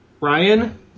Ryan –